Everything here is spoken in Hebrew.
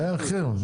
בחייכם.